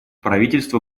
правительство